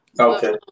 Okay